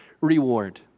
reward